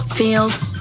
fields